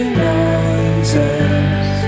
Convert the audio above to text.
noises